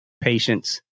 patience